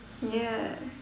ya